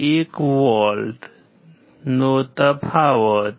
1V નો તફાવત છે